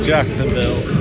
Jacksonville